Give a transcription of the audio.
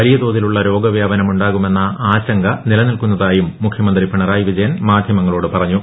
വലിയ്ക്ക്ക്രോതിലുള്ള രോഗവ്യാപനം ഉണ്ടാകുമെന്ന ആശങ്ക നിലനിൽക്കൂന്നതായും മുഖ്യമന്ത്രി പിണറായി വിജയൻ മാധ്യമങ്ങളോട് പറഞ്ഞു